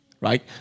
right